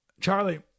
Charlie